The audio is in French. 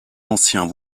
anciens